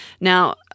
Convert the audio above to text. Now